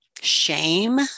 shame